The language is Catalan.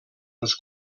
els